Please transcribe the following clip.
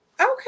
Okay